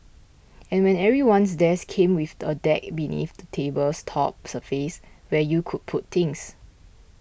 and when everyone's desk came with a deck beneath the table's top surface where you could put things